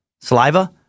saliva